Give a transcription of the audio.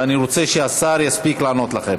ואני רוצה שהשר יספיק לענות לכם.